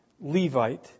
Levite